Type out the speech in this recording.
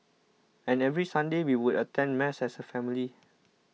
and every Sunday we would attend Mass as a family